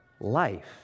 life